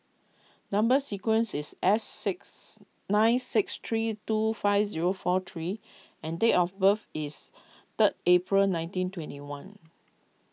Number Sequence is S six nine six three two five zero four W and date of birth is third April nineteen twenty one